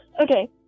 Okay